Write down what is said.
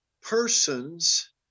persons